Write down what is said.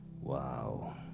wow